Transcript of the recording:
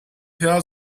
her